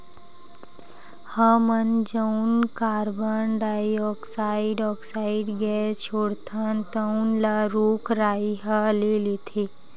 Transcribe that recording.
हमन जउन carbon dioxide oxide gas छोड़थन तउन ल रूख राई ह ले लेथे